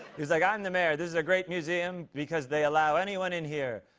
he's like, i'm the mayor, this is a great museum because they allow anyone in here.